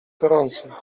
gorąco